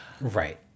right